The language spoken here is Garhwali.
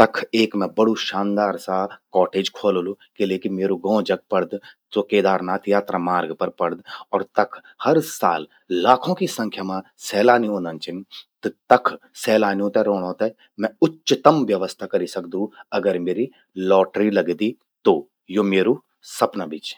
तख एक मैं बड़ू शानदार सा कॉटेज ख्वोललु। किले कि म्येरु गौं जख पड़द, स्वो केदारनाथ यात्रा मार्ग पर पड़द। और तख हर साल लाखों कि संख्या मां सैलानी उंदन छिन। त तख सैलानियों ते रौणों ते मैं उच्चतम व्यवस्था करि सकदू। अगर म्येरि लॉटरी लगदि। तो यो म्येरु सपना भी चि।